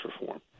reform